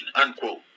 unquote